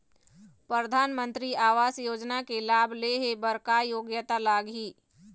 परधानमंतरी आवास योजना के लाभ ले हे बर का योग्यता लाग ही?